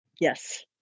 yes